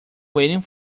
waiting